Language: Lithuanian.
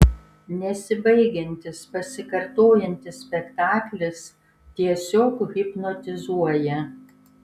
nesibaigiantis pasikartojantis spektaklis tiesiog hipnotizuoja